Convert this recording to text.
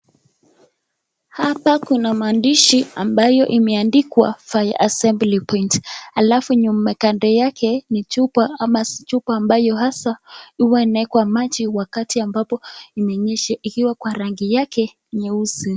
Hapa kuna maandishi ambayo imeandikwa fire assembly point , alafu kando yake ni chupa ambayo hasa huwa inawekwa maji wakati imenyesha ikiwa kwa rangi yake nyeusi.